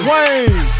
Wayne